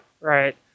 right